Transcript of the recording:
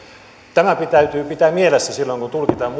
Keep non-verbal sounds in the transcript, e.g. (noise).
tämä täytyy pitää mielessä silloin kun tulkitaan (unintelligible)